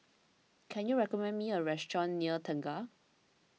can you recommend me a restaurant near Tengah